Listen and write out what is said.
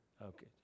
Okay